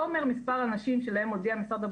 מספר האנשים שנמצא כי היו במגע קרוב